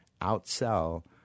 outsell